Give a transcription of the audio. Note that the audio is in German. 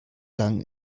lang